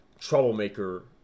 troublemaker